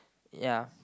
ya